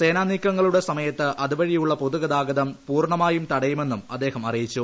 സേനാ നീക്കങ്ങളുടെ സമയത്ത് അതുവഴിയുള്ള പൊതുഗതാഗതം പൂർണ്ണമായും തടയുമെന്നും അദ്ദേഹം അറിയിച്ചു